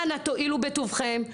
אנא תואילו בטובכם,